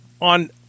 on